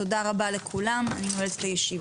תודה רבה לכולם, אני נועלת את הישיבה.